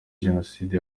jenoside